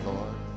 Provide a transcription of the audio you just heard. Lord